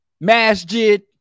masjid